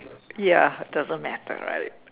ya it doesn't matter right